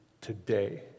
today